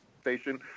station